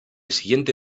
siguiente